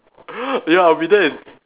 ya I'll be then